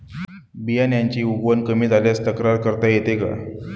बियाण्यांची उगवण कमी झाल्यास तक्रार करता येते का?